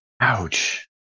Ouch